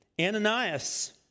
Ananias